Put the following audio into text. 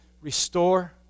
restore